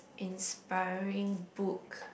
inspiring book